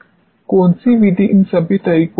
आम तौर पर ईजीएमई आपको सबसे अच्छे परिणाम देता है